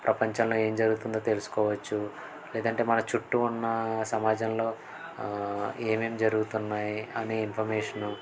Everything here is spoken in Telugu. ప్రపంచంలో ఏం జరుగుతుందో తెలుసుకోవచ్చు లేదంటే మన చుట్టూ ఉన్న సమాజంలో ఏమేం జరుగుతున్నాయి అనే ఇన్ఫర్మేషను